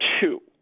two